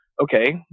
okay